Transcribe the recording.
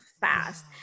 fast